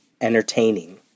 entertaining